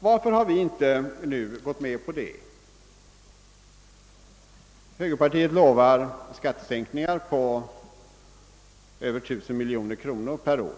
Varför har vi inte gått med på det förslaget? Högerpartiet lovar skattesänkningar på över 1000 miljoner kronor per år.